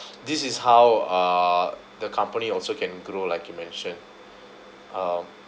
this is how uh the company also can grow like you mentioned um